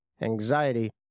anxiety